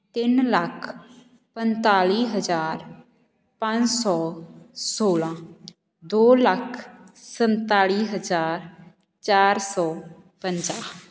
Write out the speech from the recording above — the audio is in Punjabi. ਤਿੰਨ ਲੱਖ ਪੰਨਤਾਲੀ ਹਜ਼ਾਰ ਪੰਜ ਸੌ ਸੋਲਾਂ ਦੋ ਲੱਖ ਸੰਨਤਾਲੀ ਹਜ਼ਾਰ ਚਾਰ ਸੌ ਪੰਜਾਹ